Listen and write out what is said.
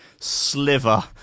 sliver